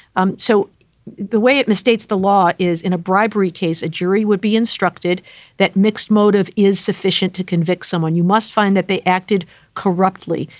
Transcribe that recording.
um so the way it misstates the law is in a bribery case, a jury would be instructed that mixed motive is sufficient to convict someone. you must find that they acted corruptly.